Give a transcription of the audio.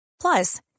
Plus